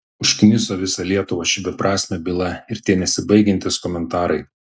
užkniso visą lietuvą ši beprasmė byla ir tie nesibaigiantys komentarai